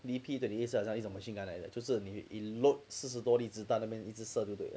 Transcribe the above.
D_P twenty eight 好像是一种 machine gun 来的就是你 load 四十多粒子弹那边一直射就都对 liao